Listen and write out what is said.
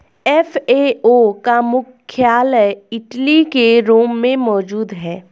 FAO का मुख्यालय Italy के रोम में मौजूद है